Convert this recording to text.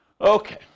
Okay